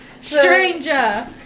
Stranger